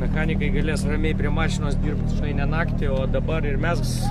mechanikai galės ramiai prie mašinos dirbt žinai ne naktį o dabar ir mes